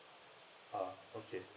ah okay